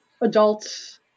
adults